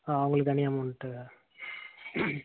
ஆ அவங்குளுக்கு தனி அமௌண்டு